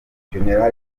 gen